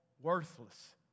worthless